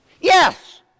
Yes